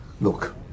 Look